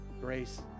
grace